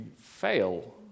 fail